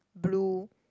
blue